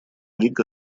рика